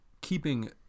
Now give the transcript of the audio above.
Keeping